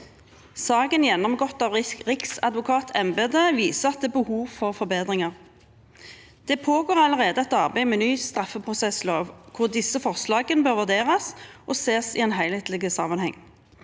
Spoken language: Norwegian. Saker gjennomgått av riksadvokatembetet viser at det er behov for forbedringer. Det pågår allerede et arbeid med ny straffeprosesslov hvor disse forslagene bør vurderes og ses i en helhetlig sammenheng.